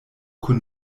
kun